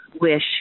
Wish